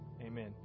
amen